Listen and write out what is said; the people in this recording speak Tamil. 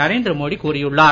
நரேந்திர மோடி கூறியுள்ளார்